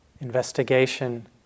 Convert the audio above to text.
investigation